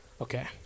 Okay